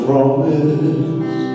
Promise